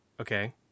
okay